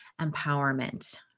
empowerment